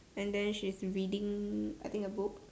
and then she's reading I think a book